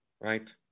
right